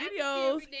videos